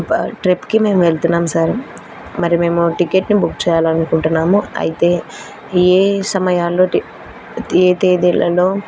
ట్రిప్కి మేము వెళ్తున్నాం సార్ మరి మేము టిక్కెట్ని బుక్ చేయాలి అనుకుంటున్నాము అయితే ఏ సమయాల్లో ఏ తేదీలలో